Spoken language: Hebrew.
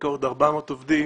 ומעסיקה עוד 400 עובדים